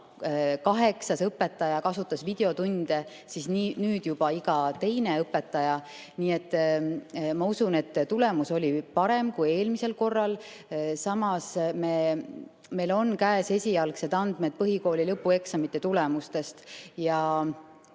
kaheksas õpetaja kasutas videotunde, siis nüüd teeb seda juba iga teine õpetaja. Nii et ma usun, et tulemus oli parem kui eelmisel korral. Samas, meil on käes esialgsed andmed põhikooli lõpueksamite tulemustest.